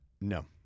No